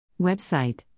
Website